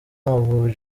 w’amavubi